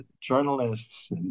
journalists